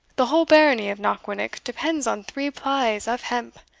the whole barony of knockwinnock depends on three plies of hemp